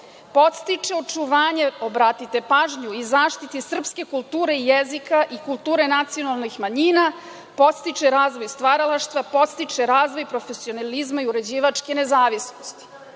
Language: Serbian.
podstiče očuvanje, obratite pažnju, i zaštitu srpske kulture i jezika i kulture nacionalnih manjina, podstiče razvoj stvaralaštva, podstiče razvoj profesionalizma i uređivačke nezavisnosti. Mi